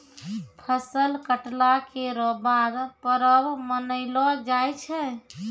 फसल कटला केरो बाद परब मनैलो जाय छै